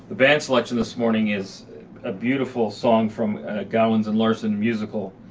band selection this morning is a beautiful song from gallon and larson musical.